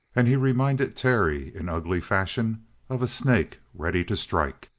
and he reminded terry in ugly fashion of a snake ready to strike.